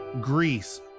Greece